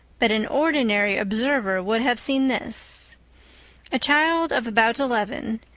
but an ordinary observer would have seen this a child of about eleven,